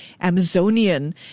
Amazonian